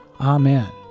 amen